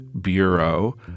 bureau